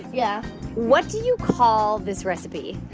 yeah what do you call this recipe?